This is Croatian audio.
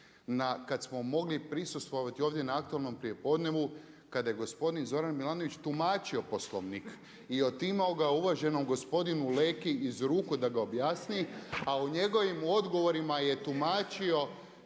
kad smo mogli prisustvovati ovdje na aktualno prijepodnevu kada je gospodin Zoran Milanović tumačio Poslovnik i otimao ga uvaženom gospodinu Leki iz ruku da ga objasni a u njegovom odgovorima je tumačio svašta